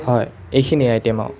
হয় এইখিনিয়ে আইটেম অঁ